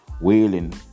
wailing